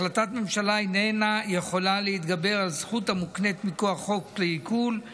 החלטת ממשלה אינה יכולה להתגבר על זכות המוקנית מכוח חוק לעיקול,